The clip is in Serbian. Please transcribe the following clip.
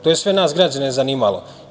To je sve nas građane zanimalo.